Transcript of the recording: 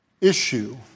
issue